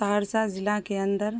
سہرسہ ضلع کے اندر